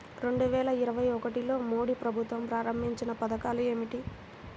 రెండు వేల ఇరవై ఒకటిలో మోడీ ప్రభుత్వం ప్రారంభించిన పథకాలు ఏమిటీ?